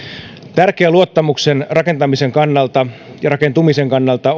tärkeää luottamuksen rakentamisen kannalta ja rakentumisen kannalta